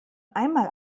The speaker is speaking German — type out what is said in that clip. einmal